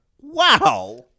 Wow